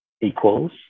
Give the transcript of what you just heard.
equals